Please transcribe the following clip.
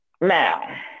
now